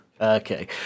okay